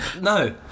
no